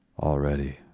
Already